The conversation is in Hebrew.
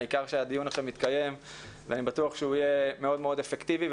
העיקר שהדיון עכשיו מתקיים ואני בטוח שהוא יהיה מאוד אפקטיבי.